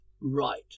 Right